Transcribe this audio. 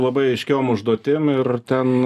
labai aiškiom užduotim ir ten